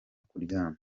kuryama